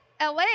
LA